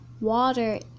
water